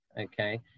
okay